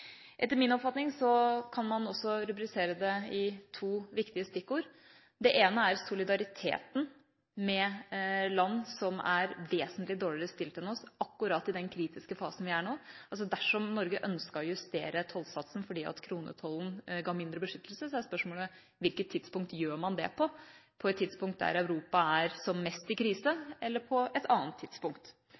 Etter min oppfatning kan man også rubrisere det i to viktige stikkord: Det ene er solidariteten med land som er vesentlig dårligere stilt enn oss akkurat i den kritiske fasen vi er i nå. Dersom Norge ønsket å justere tollsatsen fordi kronetollen ga mindre beskyttelse, er spørsmålet: Hvilket tidspunkt gjør man det på: på et tidspunkt da Europa er som mest i krise, eller på et annet tidspunkt?